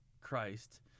Christ—